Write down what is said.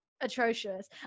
atrocious